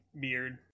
beard